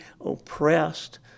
oppressed